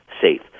safe